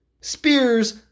Spears